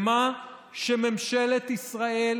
מה שממשלת ישראל